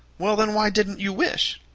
well, then, why didn't you wish?